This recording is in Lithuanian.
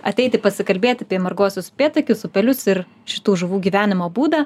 ateiti pasikalbėti apie marguosius upėtakius upelius ir šitų žuvų gyvenimo būdą